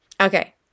okay